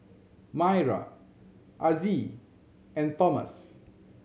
Mayra Azzie and Tomas